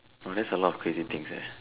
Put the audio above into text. orh that's a lot of crazy things eh